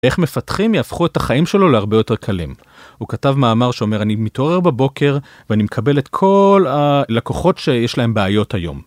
איך מפתחים יהפכו את החיים שלו להרבה יותר קלים? הוא כתב מאמר שאומר: אני מתעורר בבוקר, ואני מקבל את כל הלקוחות שיש להם בעיות היום.